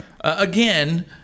again